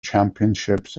championships